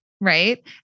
Right